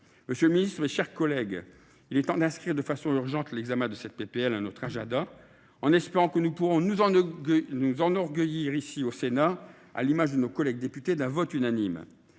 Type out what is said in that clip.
Monsieur le ministre, mes chers collègues, il est temps d’inscrire de façon urgente l’examen de cette proposition de loi à notre agenda. J’espère que nous pourrons nous enorgueillir, à l’image de nos collègues députés, d’un vote unanime.